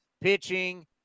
pitching